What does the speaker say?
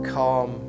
calm